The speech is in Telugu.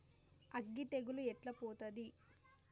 అగ్గి తెగులు ఎట్లా పోతది?